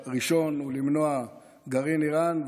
הראשון הוא למנוע גרעין איראן,